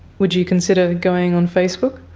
would you consider going on facebook?